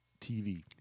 TV